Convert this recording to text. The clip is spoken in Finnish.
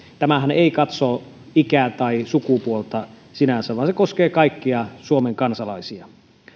tämähän ei katso ikää tai sukupuolta sinänsä vaan se koskee kaikkia suomen kansalaisia